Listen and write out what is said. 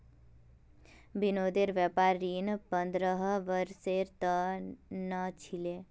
विनोदेर व्यापार ऋण पंद्रह वर्षेर त न छिले